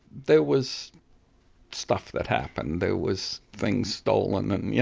there was stuff that happened, there was things stolen, and you